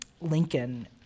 Lincoln